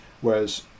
Whereas